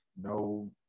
no